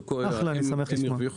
מצוין, אחלה, אני שמח לשמוע.